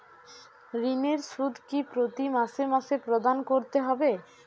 ঋণের সুদ কি প্রতি মাসে মাসে প্রদান করতে হবে?